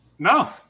No